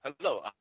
Hello